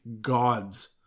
gods